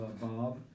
Bob